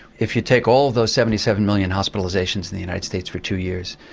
if you take all of those seventy seven million hospitalisations in the united states for two years,